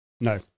No